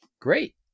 Great